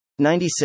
96